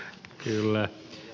kyllä